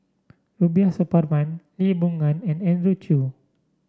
Rubiah Suparman Lee Boon Ngan and Andrew Chew